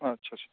আচ্ছা আচ্ছা